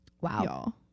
Wow